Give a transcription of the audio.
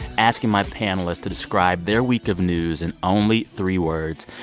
asking my panelists to describe their week of news in only three words.